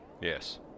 Yes